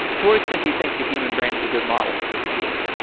to what extent do you think the human brain is a good model for the computer?